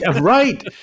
Right